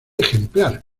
ejemplar